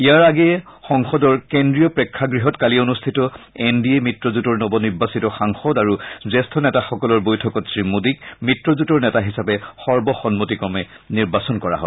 ইয়াৰ আগেয়ে সংসদৰ কেন্দ্ৰীয় প্ৰেক্ষাগ্হত কালি অনুষ্ঠিত এন ডি এ মিত্ৰজোঁটৰ নৱনিৰ্বাচিত সাংসদ আৰু জ্যেষ্ঠ নেতাসকলৰ বৈঠকত শ্ৰীমোদী মিত্ৰজোঁটৰ নেতা হিচাপে সৰ্বসন্মতিক্ৰমে নিৰ্বাচন কৰা হয়